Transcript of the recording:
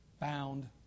bound